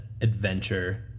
adventure